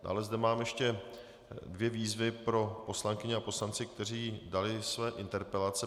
Dále zde mám ještě dvě výzvy pro poslankyně a poslance, kteří dali své interpelace.